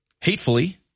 hatefully